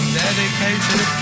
dedicated